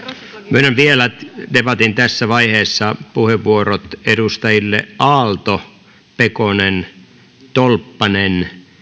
myönnän vielä debatin tässä vaiheessa puheenvuorot edustajille aalto pekonen tolppanen